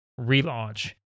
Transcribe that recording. relaunch